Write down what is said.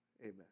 amen